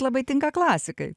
labai tinka klasikai